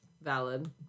Valid